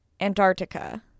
Antarctica